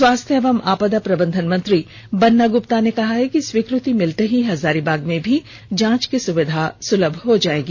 स्वास्थ्य एवं आपदा प्रबंधन मंत्री बन्ना गुप्ता ने कहा है कि स्वीकृति मिलते ही हजारीबाग में भी जांच की सुविधा सुलभ हो जायेगी